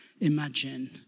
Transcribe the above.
imagine